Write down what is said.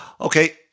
okay